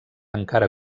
encara